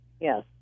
yes